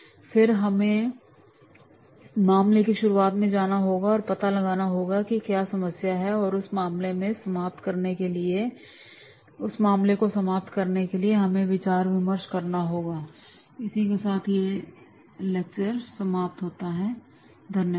फिर हमें मामले की शुरुआत में जाना होगा और पता लगाना होगा कि क्या समस्या है और उस मामले को समाप्त करने के लिए हमें विचार विमर्श करना होगा धन्यवाद